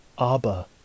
Abba